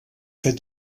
fet